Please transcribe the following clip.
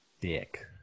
dick